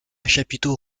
chapiteau